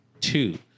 two